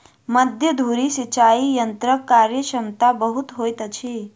मध्य धुरी सिचाई यंत्रक कार्यक्षमता बहुत होइत अछि